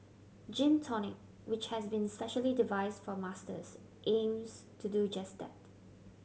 Gym Tonic which has been specially devise for Masters aims to do just that